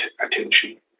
attention